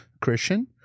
christian